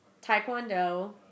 Taekwondo